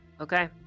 Okay